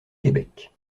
québec